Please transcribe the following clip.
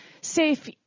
safe